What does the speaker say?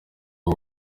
ubu